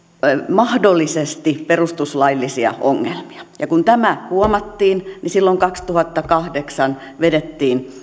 mahdollisesti perustuslaillisia ongelmia ja kun tämä huomattiin niin silloin kaksituhattakahdeksan vedettiin